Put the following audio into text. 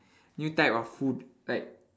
new type of food like